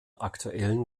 aktuellen